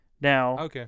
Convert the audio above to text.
Now